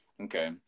Okay